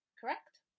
Correct